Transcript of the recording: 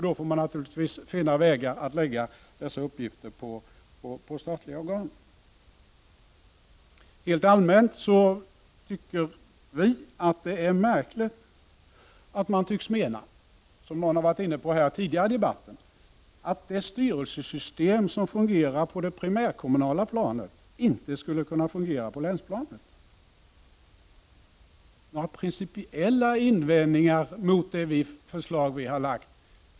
Då får man naturligtvis finna vägar att lägga dessa uppgifter på statliga organ. Som en talare har varit inne på tidigare i debatten tycks man mena att det styrelsesystem som fungerar på det primärkommunala planet inte skulle kunna fungera på länsplanet. Såvitt jag kan förstå finns inga principiella inställningar mot det förslag som vi har framlagt.